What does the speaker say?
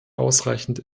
ausreichend